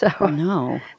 No